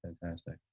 fantastic